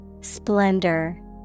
Splendor